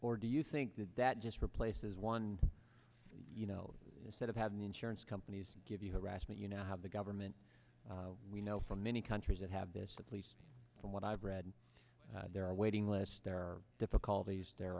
or do you think that that just replaces one you know instead of having the insurance companies give you harassment you know have the government we know from many countries that have this at least from what i've read there are waiting lists there are difficulties there